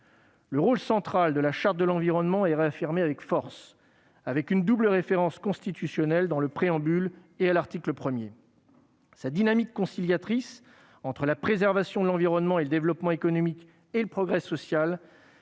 Le rôle central de la Charte de l'environnement est réaffirmé avec force, avec une double référence constitutionnelle dans le préambule et à l'article 1. Sa dynamique conciliatrice, entre la préservation de l'environnement, le développement économique et le progrès social,